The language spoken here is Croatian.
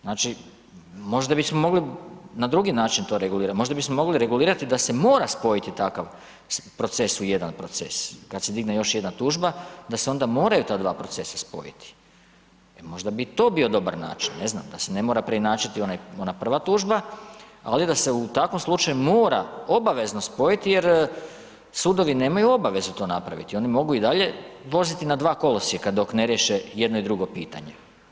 Znači možda bismo mogli na drugi način to regulirati, možda bismo mogli regulirati da se mora spojiti takav proces u jedan proces kad se digne još jedna tužba, da se onda moraju ta dva procesa spojiti jer možda bi to bio dobar način, ne znam, da se ne mora preinačiti ona prva tužba ali da se u takvom slučaju mora obavezno spojiti jer sudovi nemaju obavezu to napraviti, oni mogu i dalje voziti na dva kolosijeka dok ne riješe jedno i drugo pitanje.